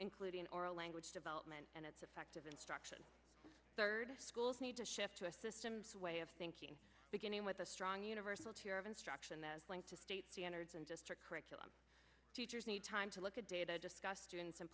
including our language development and it's effective instruction third schools need to shift to a systems way of thinking beginning with a strong universal tier of instruction that is linked to state standards and just curriculum teachers need time to look at data discuss students and